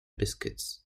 biscuits